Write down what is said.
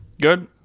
Good